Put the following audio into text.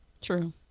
True